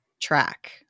track